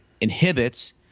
inhibits